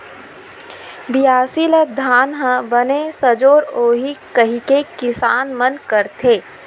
बियासी ल धान ह बने सजोर होही कइके किसान मन करथे